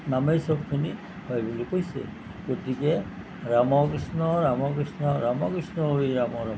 নামেই চবখিনি হয় বুলি কৈছে গতিকে ৰাম কৃষ্ণ ৰাম কৃষ্ণ ৰাম কৃষ্ণ হৰি ৰাম ৰাম